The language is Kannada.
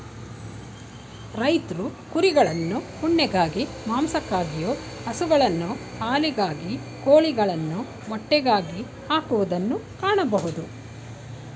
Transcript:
ರೈತ್ರು ಕುರಿಗಳನ್ನು ಉಣ್ಣೆಗಾಗಿ, ಮಾಂಸಕ್ಕಾಗಿಯು, ಹಸುಗಳನ್ನು ಹಾಲಿಗಾಗಿ, ಕೋಳಿಗಳನ್ನು ಮೊಟ್ಟೆಗಾಗಿ ಹಾಕುವುದನ್ನು ಕಾಣಬೋದು